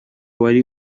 wari